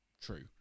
true